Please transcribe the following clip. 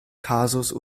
kasus